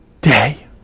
day